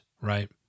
right